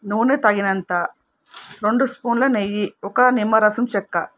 నూనె తగినంత రెండు స్పూన్ల నెయ్యి ఒక నిమ్మరసం చెక్క